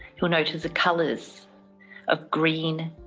you'll notice the colours of green,